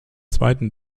zweiten